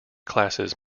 classes